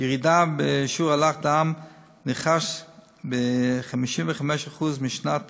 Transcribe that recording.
ירידה בשיעור אלח דם נרכש ב-55% משנת